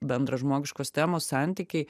bendražmogiškos temos santykiai